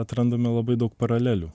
atrandame labai daug paralelių